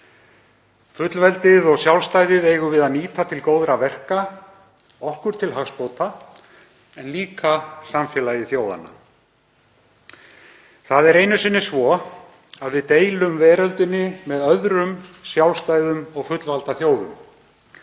Fullveldið og sjálfstæðið eigum við að nýta til góðra verka okkur til hagsbóta en líka samfélagi þjóðanna. Það er einu sinni svo að við deilum veröldinni með öðrum sjálfstæðum og fullvalda þjóðum